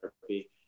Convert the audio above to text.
therapy